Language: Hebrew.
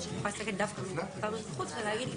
אופוזיציה שזה דיון חשוב מכדי להיכנס בו לנושאים פוליטיים יותר,